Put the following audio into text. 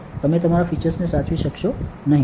તમે તમારા ફિચર્સને સાચવી શકશો નહીં